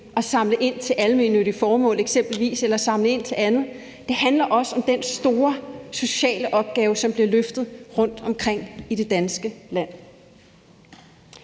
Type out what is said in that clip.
at samle ind til almennyttige formål eller samle ind til andet, men det handler også om den store sociale opgave, som bliver løftet rundtomkring i det danske land.